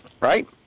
right